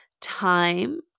time